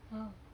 !wow!